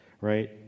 right